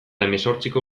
hemezortziko